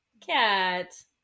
Cat